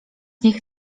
nich